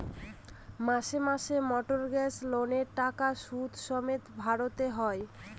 মাসে মাসে মর্টগেজ লোনের টাকা সুদ সমেত ভরতে হয়